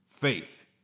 faith